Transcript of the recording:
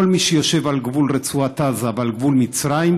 כל מי שיושב על גבול רצועת עזה ועל גבול מצרים,